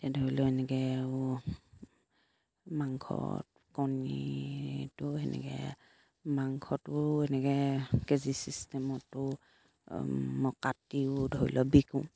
এতিয়া ধৰি লওক এনেকে আৰু মাংসত কণীটো সেনেকে মাংসটো এনেকে কেজি চিষ্টেমতো মই কাটিও ধৰি লওক বিকোঁ